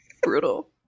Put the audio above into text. Brutal